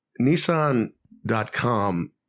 Nissan.com